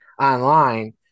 online